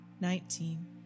nineteen